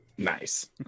nice